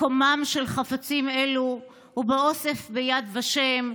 מקומם של חפצים אלו הוא באוסף ביד ושם,